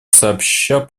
сообща